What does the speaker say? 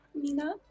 Mina